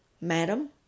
madam